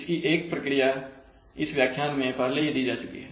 इसकी एक प्रक्रिया इस व्याख्यान में पहले ही दी जा चुकी है